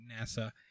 NASA